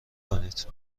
کنید